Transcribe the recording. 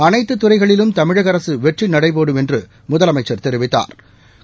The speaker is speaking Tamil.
அனைத்து துறைகளிலும் தமிழக அரசு வெற்றிநடைபோடும் என்றும் முதலமைச்சா் தெரிவித்துள்ளாா்